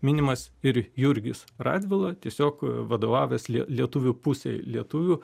minimas ir jurgis radvila tiesiog vadovavęs lie lietuvių pusei lietuvių